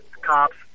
cops